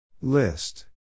List